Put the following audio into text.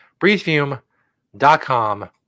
Breathefume.com